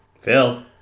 Phil